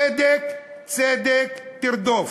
צדק צדק תרדוף.